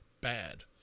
bad